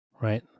Right